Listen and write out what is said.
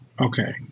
okay